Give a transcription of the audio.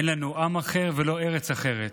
אין לנו עם אחר ולא ארץ אחרת.